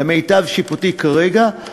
למיטב שיפוטי כרגע,